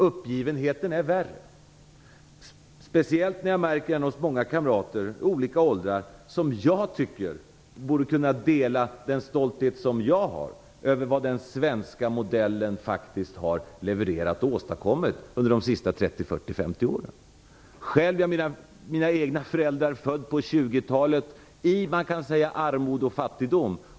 Uppgivenheten är det värre med, speciellt när jag märker den hos många kamrater i olika åldrar som jag tycker borde kunna dela den stolthet jag har över vad den svenska modellen faktiskt har levererat och åstadkommit under de senaste 30-50 åren. Mina föräldrar är födda på 20-talet i armod och fattigdom.